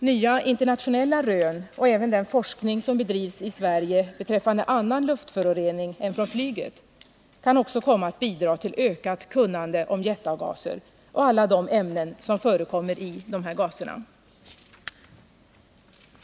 Nya internationella rön och även den forskning som bedrivs i Sverige beträffande andra luftföroreningar än från flyget kan också komma att bidra till ökat kunnande om jetavgaser och alla de ämnen som förekommer i dessa gaser.